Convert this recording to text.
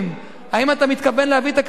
האם אתה מתכוון להביא את הקריטריון הזה,